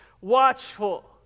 watchful